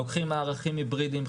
לוקחים מערכים היברידיים,